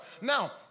Now